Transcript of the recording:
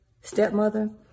stepmother